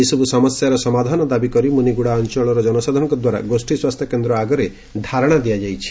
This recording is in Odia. ଏସବୁ ସମସ୍ୟାର ସମାଧାନ ଦାବିକରି ମୁନିଗୁଡ଼ା ଅଞଳର ଜନସାଧାରଣଙ୍କଦ୍ୱାରା ଗୋଷୀ ସ୍ୱାସ୍ଥ୍ୟକେନ୍ଦ୍ର ଆଗରେ ଧାରଣା ଦିଆଯାଉଛି